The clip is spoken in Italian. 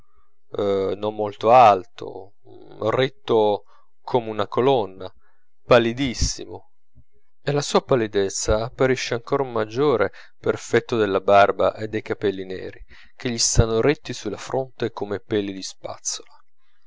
grasso non molto alto ritto come una colonna pallidissimo e la sua pallidezza apparisce anche maggiore per effetto della barba e dei cappelli neri che gli stanno ritti sulla fronte come peli di spazzola